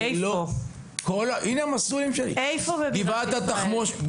איפה בבירת ישראל?